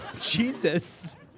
Jesus